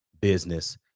business